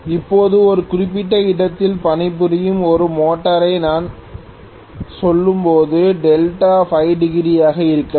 இப்போது ஒரு குறிப்பிட்ட இடத்தில் பணிபுரியும் ஒரு மோட்டாரை நான் சொல்லும்போது டெல்டா 5 டிகிரி யாக இருக்கலாம்